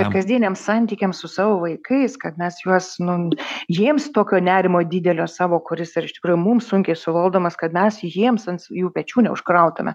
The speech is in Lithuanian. ir kasdieniams santykiams su savo vaikais kad mes juos nu jiems tokio nerimo didelio savo kuris yra iš tikrųjų mums sunkiai suvaldomas kad mes jiems ants jų pečių neužkrautume